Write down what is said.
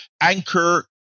anchor